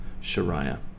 Sharia